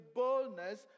boldness